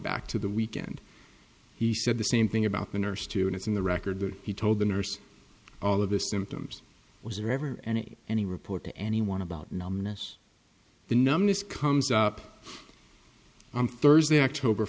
back to the weekend he said the same thing about the nurse too and it's in the record that he told the nurse all of the symptoms was there ever any any report to anyone about numbness the numbness comes up on thursday october